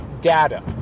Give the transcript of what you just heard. data